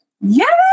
yes